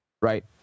Right